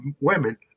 women